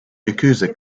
yakuza